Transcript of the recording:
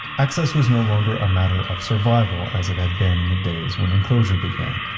access was no longer a matter of survival as it had been in the days when enclosure began.